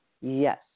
Yes